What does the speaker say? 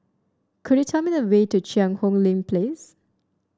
could you tell me the way to Cheang Hong Lim Place